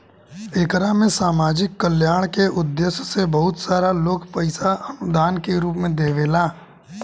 एकरा में सामाजिक कल्याण के उद्देश्य से बहुत सारा लोग पईसा अनुदान के रूप में देवेला